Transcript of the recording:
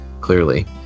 clearly